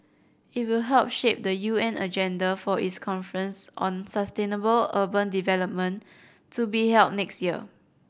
it will help shape the U N agenda for its conference on sustainable urban development to be held next year